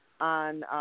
on